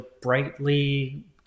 brightly